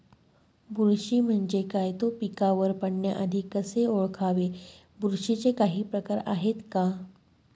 बुरशी म्हणजे काय? तो पिकावर पडण्याआधी कसे ओळखावे? बुरशीचे काही प्रकार आहेत का?